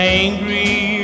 angry